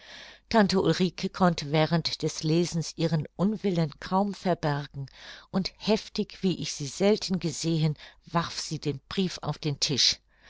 tante ulrike konnte während des lesens ihren unwillen kaum verbergen und heftig wie ich sie selten gesehen warf sie den brief auf den tisch